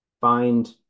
Find